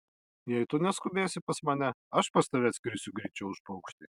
jei tu neskubėsi pas mane aš pas tave atskrisiu greičiau už paukštį